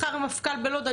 מחר המפכ"ל בלוד,